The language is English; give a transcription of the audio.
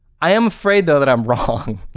i am afraid though that i'm wrong.